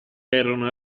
erano